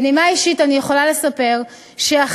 בנימה אישית אני יכולה לספר שאחי,